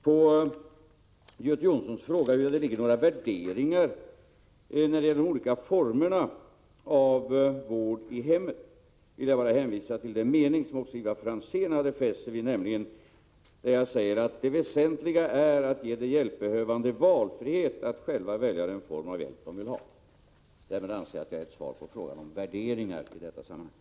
På Göte Jonssons fråga huruvida det i svaret ligger några värderingar av de olika formerna av vård i hemmet hänvisar jag bara till den mening i svaret som också Ivar Franzén fäst sig vid, nämligen: ”Det väsentliga är att ge de hjälpbehövande valfrihet att själva välja den form av hjälp de vill ha.” | Därmed anser jag att jag har gett svar på frågan om värderingar i detta sammanhang.